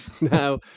Now